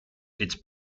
its